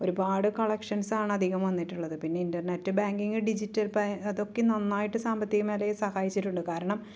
ഒരുപാട് കളക്ഷൻസ് ആണ് അധികം വന്നിട്ടുള്ളത് പിന്നെ ഇൻറ്റർനെറ്റ് ബാങ്കിങ്ങ് ഡിജിറ്റൽ പേ അതൊക്കെ നന്നായിട്ട് സാമ്പത്തിക മേഖലയെ സഹായിച്ചിട്ടുണ്ട് കാരണം